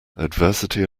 adversity